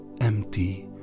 empty